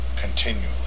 continually